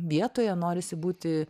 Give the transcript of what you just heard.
vietoje norisi būti